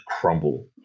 crumble